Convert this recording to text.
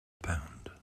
pound